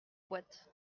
boîte